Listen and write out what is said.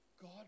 God